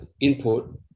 input